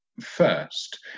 first